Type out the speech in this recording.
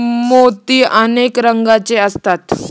मोती अनेक रंगांचे असतात